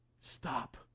stop